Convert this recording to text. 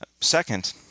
Second